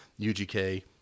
UGK